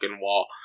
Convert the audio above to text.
wall